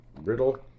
Riddle